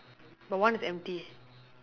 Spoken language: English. but one is empty